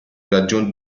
ragione